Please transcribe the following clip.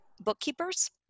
Bookkeepers